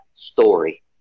story